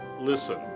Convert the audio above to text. listen